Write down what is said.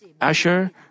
Asher